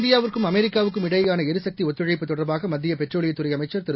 இந்தியாவுக்கும் அமெரிக்காவுக்கும் இடையேயான எரிசக்தி ஒத்துழைப்பு தொடர்பாக மத்திய பெட்ரோலியத்துறை அமைச்சர் திரு